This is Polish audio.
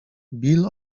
bill